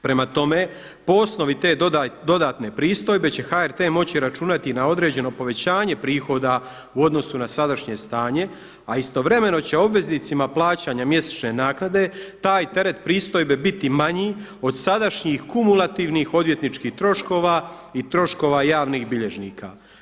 Prema tome, po osnovi te dodatne pristojbe će HRT moći računati na određeno povećanje prihoda u odnosu na sadašnje stanje, a istovremeno će obveznicima plaćanja mjesečne naknade taj teret pristojbe biti manji od sadašnjih kumulativnih odvjetničkih troškova i troškova javnih bilježnika.